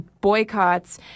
boycotts